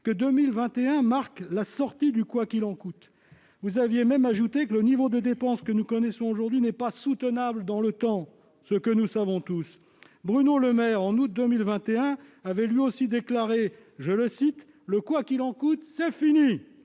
que 2021 marque la « sortie du quoi qu'il en coûte ». C'est le cas. Vous aviez même ajouté :« Le niveau de dépenses que nous connaissons aujourd'hui n'est pas soutenable dans le temps », ce que nous savons tous. Bruno Le Maire, au mois d'août 2021, avait lui aussi déclaré :« Le quoi qu'il en coûte, c'est fini !